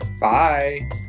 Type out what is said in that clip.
Bye